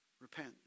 Repent